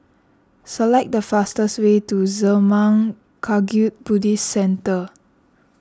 select the fastest way to Zurmang Kagyud Buddhist Centre